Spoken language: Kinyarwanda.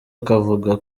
akavuga